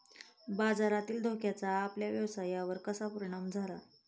बाजारातील धोक्याचा आपल्या व्यवसायावर कसा परिणाम झाला?